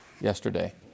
yesterday